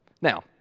Now